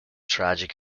tragic